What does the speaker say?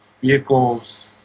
vehicles